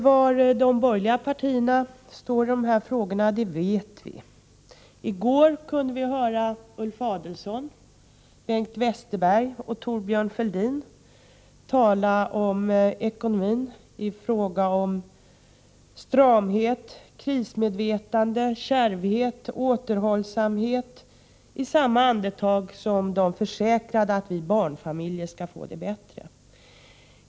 Var de borgerliga partierna står i dessa frågor vet vi. I går kunde vi höra Ulf Adelsohn, Bengt Westerberg och Thorbjörn Fälldin tala om ekonomin i ordalag som stramhet, krigsmedvetande, kärvhet och återhållsamhet, i samma andetag som de försäkrade att vi barnfamiljer skall få det bättre.